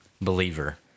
Believer